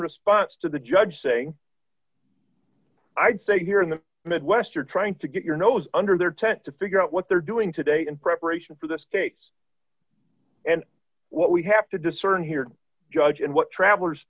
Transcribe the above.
response to the judge saying i'd say here in the midwest you're trying to get your nose under their tent to figure out what they're doing today in preparation for this case and what we have to discern here judge and what travelers